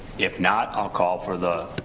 if not i'll call for the